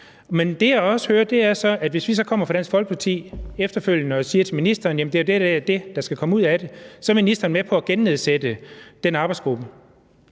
Men det, jeg også hører, er så, at hvis vi så efterfølgende kommer fra Dansk Folkeparti og siger til ministeren, at jamen det er det og det, der skal komme ud af det, så er ministeren med på at gennedsætte den arbejdsgruppe.